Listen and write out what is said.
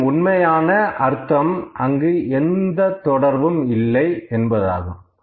இதன் உண்மையான அர்த்தம் அங்கு எந்த தொடர்பும் இல்லை என்பதாகும்